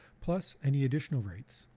plus any additional rights,